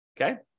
okay